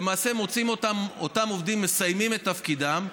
ולמעשה אותם עובדים מסיימים את תפקידם,